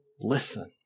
listen